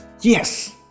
yes